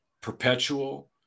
perpetual